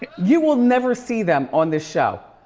you will never see them on this show,